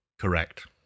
Correct